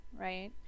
right